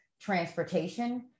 transportation